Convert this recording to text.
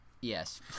yes